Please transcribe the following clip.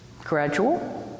gradual